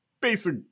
basic